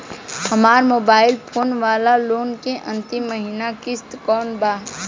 हमार mobile phone वाला loan के अंतिम महिना किश्त कौन बा?